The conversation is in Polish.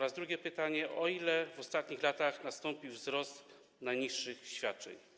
I drugie pytanie: O ile w ostatnich latach nastąpił wzrost najniższych świadczeń?